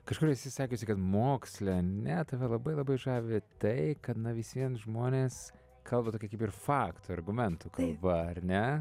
kažkur esi sakiusi kad moksle ne tave labai labai žavi tai kad na vis vien žmonės kalba tokia kaip ir faktų argumentų kalba ar ne